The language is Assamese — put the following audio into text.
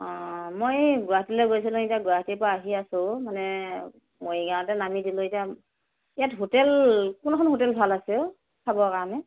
অ মই এই গুৱাহাটীলৈ গৈছিলোঁ এতিয়া গুৱাহাটীৰ পৰা আহি আছোঁ মানে মৰিগাঁৱতে নামি দিলোঁ এতিয়া ইয়াত হোটেল কোনখন হোটেল ভাল আছে অ' খাবৰ কাৰণে